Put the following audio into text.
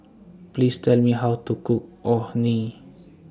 Please Tell Me How to Cook Orh Nee